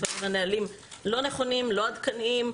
לפעמים הנהלים לא נכונים, לא עדכניים,